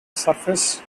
surface